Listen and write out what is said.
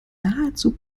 nahezu